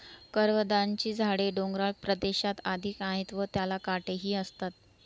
करवंदाची झाडे डोंगराळ प्रदेशात अधिक आहेत व त्याला काटेही असतात